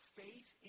faith